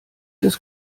des